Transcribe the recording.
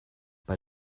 bei